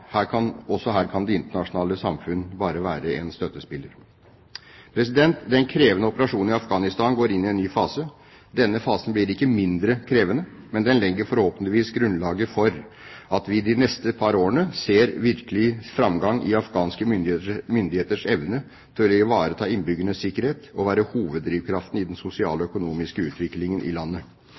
Også her kan det internasjonale samfunn bare være en støttespiller. Den krevende operasjonen i Afghanistan går inn i en ny fase. Denne fasen blir ikke mindre krevende, men den legger forhåpentligvis grunnlaget for at vi de neste par årene virkelig ser framgang for afghanske myndigheters evne til å ivareta innbyggernes sikkerhet og være hoveddrivkraften i den sosiale og økonomiske utviklingen i landet.